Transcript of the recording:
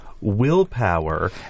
willpower